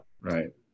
Right